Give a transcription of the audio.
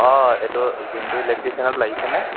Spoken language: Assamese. অ এইটো জিণ্টু ইলেক্ট্ৰিচিয়ানত লাগিছেনে